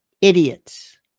Idiots